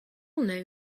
know